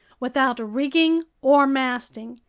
without rigging or masting,